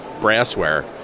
brassware